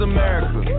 America